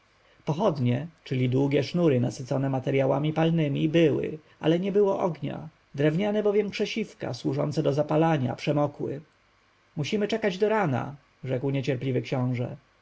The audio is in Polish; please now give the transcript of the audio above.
pochodnie czyli długie sznury nasycone materjałami palnemi były ale nie było ognia drewniane bowiem krzesiwka służące do zapalania przemokły musimy czekać do rana rzekł niecierpliwy książę